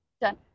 Done